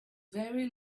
very